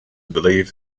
believe